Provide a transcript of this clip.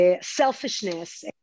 selfishness